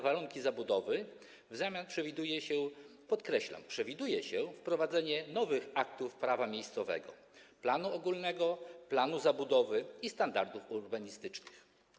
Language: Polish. W zamian przewiduje się, podkreślam, przewiduje się wprowadzenie nowych aktów prawa miejscowego: planu ogólnego, planu zabudowy i standardów urbanistycznych.